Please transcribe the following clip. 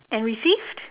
and received